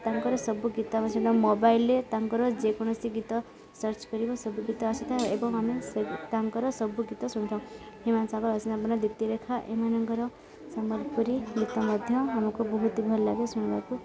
ତାଙ୍କର ସବୁ ଗୀତ ଆ ମୋବାଇଲରେ ତାଙ୍କର ଯେକୌଣସି ଗୀତ ସର୍ଚ୍ଚ କରିବ ସବୁ ଗୀତ ଆସିଥାଏ ଏବଂ ଆମେ ସେ ତାଙ୍କର ସବୁ ଗୀତ ଶୁଣିଥାଉ ହ୍ୟୁମାନ ସାଗର ଅସୀମା ପଣ୍ଡା ଦୀପ୍ତିରେଖା ଏମାନଙ୍କର ସମ୍ବଲପୁରୀ ଗୀତ ମଧ୍ୟ ଆମକୁ ବହୁତ ଭଲ ଲାଗେ ଶୁଣିବାକୁ